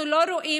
אנחנו לא רואים.